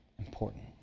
important